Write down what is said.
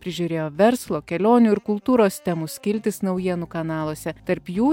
prižiūrėjo verslo kelionių ir kultūros temų skiltis naujienų kanaluose tarp jų